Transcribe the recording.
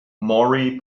maury